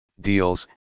deals